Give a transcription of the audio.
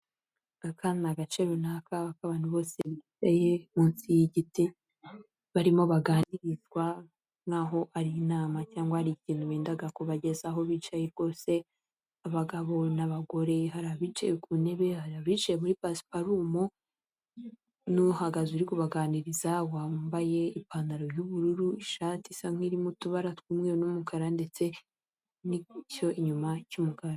Aka ni agace runaka k'abantu bose bicaye munsi y'igiti barimo baganirizwa nk'aho ari inama cyangwa hari ikintu bendaga kubagezaho, bicaye rwose abagabo n'abagore hari abicaye ku ntebe, hari abicaye muri pasiparumu n'uhagaze uri kubabaganiriza wambaye ipantalo y'ubururu, ishati isa nk'irimo utubara tw'umweru n'umukara ndetse n'icyo inyuma cy'umukara.